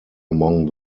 among